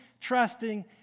trusting